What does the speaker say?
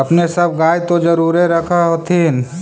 अपने सब गाय तो जरुरे रख होत्थिन?